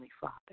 Father